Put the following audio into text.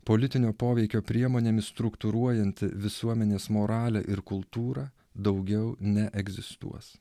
politinio poveikio priemonėmis struktūruojant visuomenės moralę ir kultūrą daugiau neegzistuos